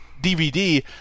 DVD